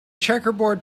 checkerboard